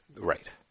Right